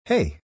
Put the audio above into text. Hey